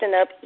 up